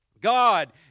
God